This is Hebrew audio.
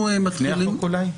אולי לפני החוק?